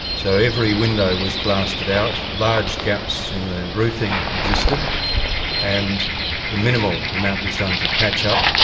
so every window was blasted out. large gaps in the roofing existed and the minimal amount was done to patch up.